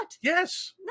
yes